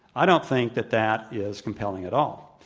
i don't think that that is compelling at all.